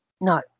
no